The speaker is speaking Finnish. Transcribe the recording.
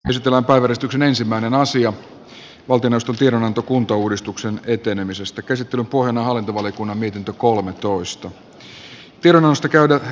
käsittelyn pohjana on hallintovaliokunnan mietintö jossa valiokunta ehdottaa että eduskunta päättää että valtioneuvosto nauttii eduskunnan luottamusta